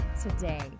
Today